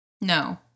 No